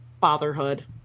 fatherhood